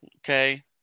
okay